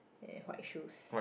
and white shoes